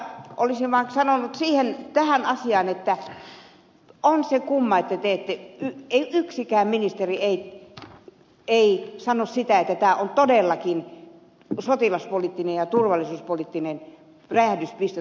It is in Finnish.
mutta olisin vain sanonut tähän asiaan että on se kumma että yksikään ministeri ei sano sitä että itämerestä todellakin tulee sotilaspoliittinen ja turvallisuuspoliittinen räjähdyspiste